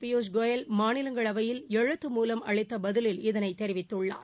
பியூஷ் கோயல் மாநிலங்களவையில் எழுத்து மூலம் அளித்தபதிலில் இதனைதெரிவித்துள்ளார்